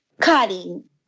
cutting